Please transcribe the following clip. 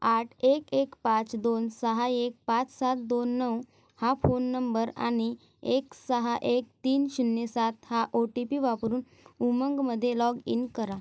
आठ एक एक पाच दोन सहा एक पाच सात दोन नऊ हा फोन नंबर आणि एक सहा एक तीन शून्य सात हा ओ टी पी वापरून उमंगमध्ये लॉगइन करा